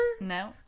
No